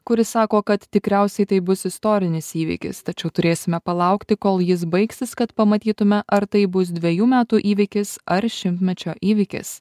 kuris sako kad tikriausiai taip bus istorinis įvykis tačiau turėsime palaukti kol jis baigsis kad pamatytumėme ar tai bus dvejų metų įvykis ar šimtmečio įvykis